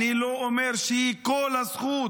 אני לא אומר שהיא כל הזכות,